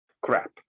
crap